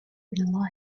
been